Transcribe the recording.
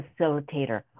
facilitator